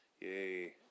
Yay